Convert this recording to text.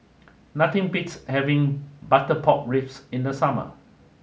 nothing beats having Butter Pork Ribs in the summer